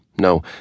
No